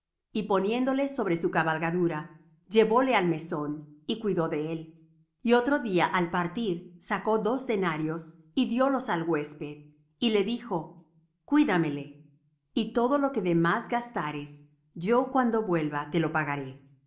y poniéndole sobre su cabalgadura llevóle al mesón y cuidó de él y otro día al partir sacó dos denarios y diólos al huésped y le dijo cuídamele y todo lo que de más gastares yo cuando vuelva te lo pagaré